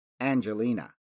Angelina